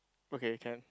okay can